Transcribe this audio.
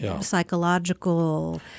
psychological